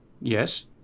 yes